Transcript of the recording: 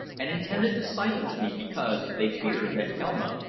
and intended to silence me because they feared that elma,